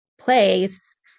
place